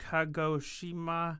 Kagoshima